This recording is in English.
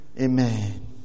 Amen